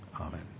Amen